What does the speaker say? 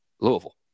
Louisville